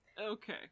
Okay